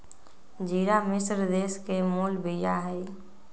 ज़िरा मिश्र देश के मूल बिया हइ